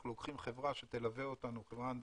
אנחנו לוקחים חברה הנדסית